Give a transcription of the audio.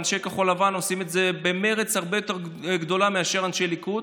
אנשי כחול לבן עושים את זה הרבה יותר במרץ מאשר אנשי הליכוד,